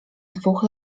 dwóch